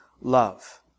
love